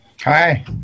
Hi